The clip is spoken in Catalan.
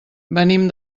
venim